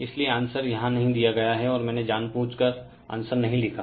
इसलिए आंसर यहां नहीं दिया गया है मैने जानबूझ कर आंसर नहीं लिखा